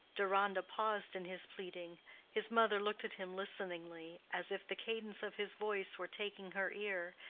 deronda paused in his pleading his mother looked at him listeningly, as if the cadence of his voice were taking her ear,